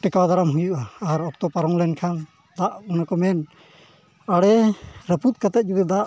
ᱴᱮᱠᱟᱣ ᱫᱟᱨᱟᱢ ᱦᱩᱭᱩᱜᱼᱟ ᱟᱨ ᱚᱠᱛᱚ ᱯᱟᱨᱚᱢ ᱞᱮᱱᱠᱷᱟᱱ ᱫᱟᱜ ᱚᱱᱮ ᱠᱚ ᱢᱮᱱ ᱟᱬᱮ ᱨᱟᱹᱯᱩᱫ ᱠᱟᱛᱮᱫ ᱡᱩᱫᱤ ᱫᱟᱜ